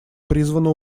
призвана